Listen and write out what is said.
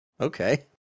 okay